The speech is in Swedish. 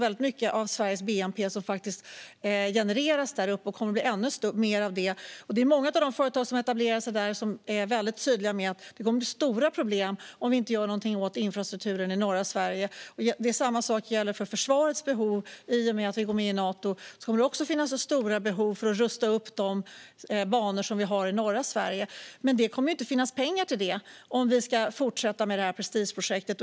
Väldigt mycket av Sveriges bnp genereras faktiskt där uppe, och det kommer att bli ännu mer av det. Många av de företag som etablerar sig där är väldigt tydliga med att det kommer att bli stora problem om vi inte gör någonting åt infrastrukturen i norra Sverige. Samma sak gäller för försvarets behov. I och med att vi går med i Nato kommer det att finnas stora behov av att rusta upp de banor som vi har i norra Sverige. Men det kommer inte att finnas pengar till det om vi ska fortsätta med det här prestigeprojektet.